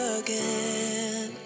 again